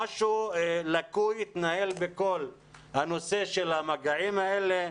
משהו לקוי התנהל בכל הנושא של המגעים האלה.